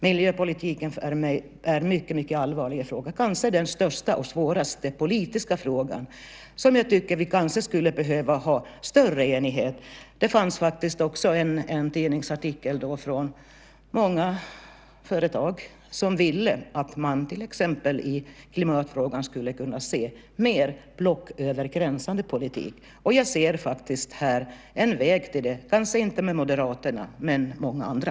Miljöpolitiken är för mig en mycket allvarlig fråga, kanske den största och svåraste politiska frågan. Vi kanske skulle behöva ha större enighet. Det framgick i en tidningsartikel att många företag i klimatfrågan vill se mer av blocköverskridande politik. Jag ser en väg till det, kanske inte med moderaterna men med andra.